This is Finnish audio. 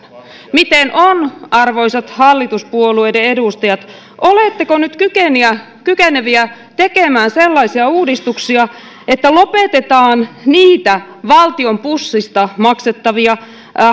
miten on arvoisat hallituspuolueiden edustajat oletteko nyt kykeneviä kykeneviä tekemään sellaisia uudistuksia että lopetetaan niitä valtion pussista maksettavia